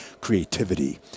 creativity